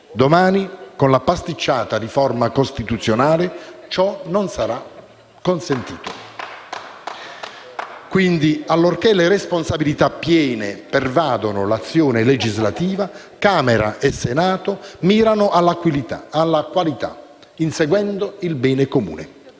Domani, con la pasticciata riforma costituzionale, ciò non sarà consentito. *(Applausi della senatrice Bignami)*. Quindi, allorché le responsabilità piene pervadono l'azione legislativa, Camera e Senato mirano alla qualità, inseguendo il bene comune.